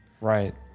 Right